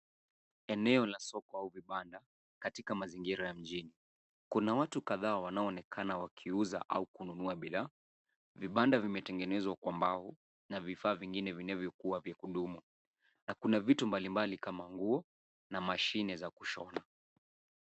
Eneo la soko au vibanda katika mazingira ya mjini. Kuna watu kadhaa wanaonekana wakiuza au kununua biddaa. Vibanda vimetengenezwa kwa mbao na vifaa vingine vinavyokuwa vya kudumu. Na kuna vitu mbalimbali kama nguo na mashine za kushona.